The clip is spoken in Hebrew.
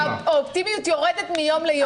האופטימיות יורדת מיום ליום.